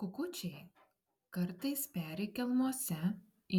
kukučiai kartais peri kelmuose